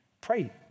pray